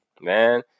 man